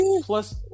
plus